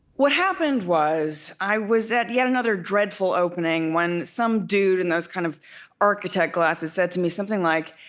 what happened was i was at yet another dreadful opening when some dude in those kind of architect glasses said to me something like,